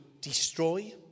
destroy